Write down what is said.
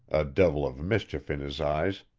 a devil of mischief in his eyes